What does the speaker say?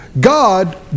God